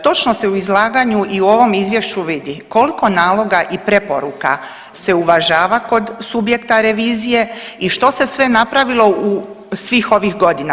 Točno se u izlaganju i u ovom izvješću vidi koliko naloga i preporuka se uvažava kod subjekta revizije i što se sve napravilo u svih ovih godina.